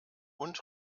und